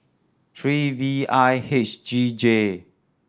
three V I H G J